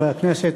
חברי הכנסת,